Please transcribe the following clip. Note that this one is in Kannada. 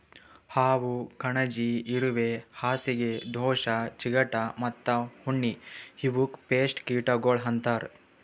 ಹಾವು, ಕಣಜಿ, ಇರುವೆ, ಹಾಸಿಗೆ ದೋಷ, ಚಿಗಟ ಮತ್ತ ಉಣ್ಣಿ ಇವುಕ್ ಪೇಸ್ಟ್ ಕೀಟಗೊಳ್ ಅಂತರ್